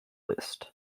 list